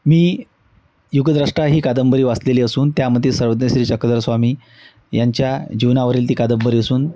मी युगदृष्टा ही कादंबरी वाचलेली असून त्यामध्ये सर्वज्ञ श्री चक्रधरस्वामी यांच्या जीवनावरील ती कादंबरी असून